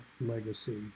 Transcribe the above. legacy